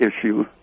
issue